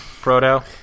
Proto